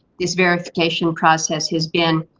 this verification process has been,